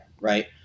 Right